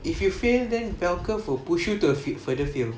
if you fail then bell curve push you to a further fail